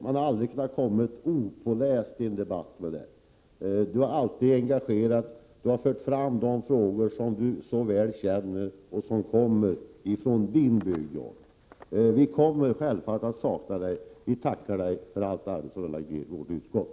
Man har aldrig kunnat komma opåläst till en debatt med honom. John Andersson har alltid engagerat sina meddebattörer; han har fört fram frågor som han väl känner och förhållanden som berör hans egen bygd. Vi kommer självfallet att sakna John Andersson, och vi tackar honom för allt arbete som han har lagt ned i vårt utskott.